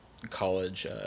college